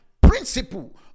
principle